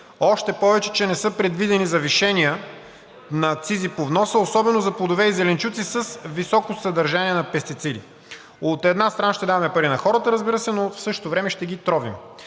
още повече че не са предвидени завишения на акцизи по вноса, особено за плодове и зеленчуци с високо съдържание на пестициди. От една страна, ще даваме пари на хората, разбира се, но в същото време ще ги тровим.